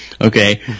Okay